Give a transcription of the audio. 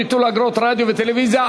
ביטול אגרות רדיו וטלוויזיה),